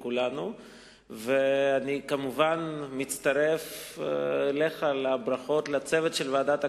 ואני כמובן מצטרף אליך לברכות לצוות של ועדת הכנסת,